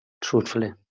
truthfully